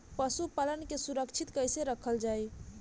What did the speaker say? पशुपालन के सुरक्षित कैसे रखल जाई?